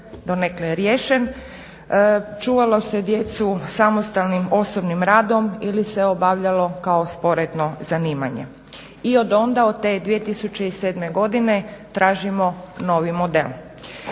donekle riješen. Čuvalo se djecu samostalnim osobnim radom ili se obavljalo kao sporedno zanimanje. I od onda, od te 2007. godine tražimo novi model.